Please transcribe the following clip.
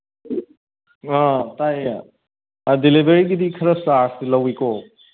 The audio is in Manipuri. ꯑ ꯇꯥꯏꯌꯦ ꯗꯤꯂꯤꯚꯔꯤꯒꯤꯗꯤ ꯈꯔ ꯆꯥꯔꯖꯇꯤ ꯂꯧꯋꯤꯀꯣ